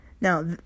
Now